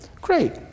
Great